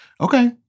Okay